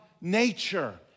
nature